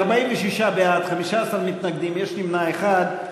46 בעד, 15 מתנגדים, יש נמנע אחד.